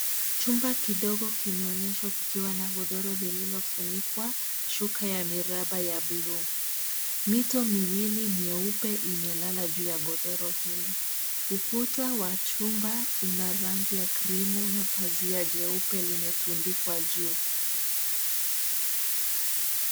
Chumba kidogo kimeonyeshwa kikiwa na godoro lilifunikwa shuka ya miraba ya bluu. Mito miwili myeupe imelala juu ya godoro hilo. Ukuta wa jumba una rangi ya (cs)cream(cs) na pazia jeupe limetundikwa juu.